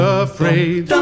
afraid